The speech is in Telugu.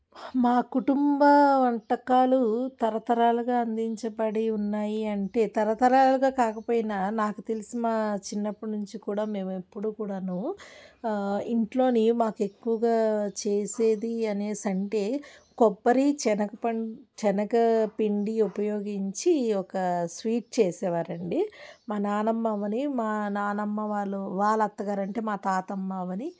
నా కుటుంబ వంటకాలు తరతరాలుగా అందించబడి ఉన్నాయి అంటే తరతరాలుగా కాకపోయినా నాకు తెలిసిన చిన్నప్పటి నుంచి కూడా మేము ఎప్పుడూ కూడాను ఇంట్లోనే మాకు ఎక్కువగా చేసేది అనేసి అంటే కొబ్బరి శనగ పండు శనగ పిండి ఉపయోగించి ఒక స్వీట్ చేసేవారండి మా నానమ్మవ్వని మా నానమ్మ వాళ్ళు వాళ్ళ అత్తగారు అంటే మా తాతమ్మవ్వని